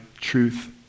truth